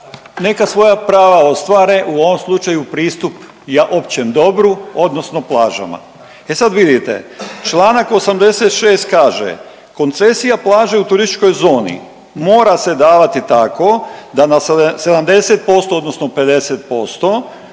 neka svoja prava ostvare u ovom slučaju pristup općem dobru odnosno plažama. E sad vidite, čl. 86. kaže koncesija plaže u turističkoj zoni mora se davati tako da na 70% odnosno 50%